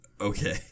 Okay